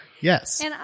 Yes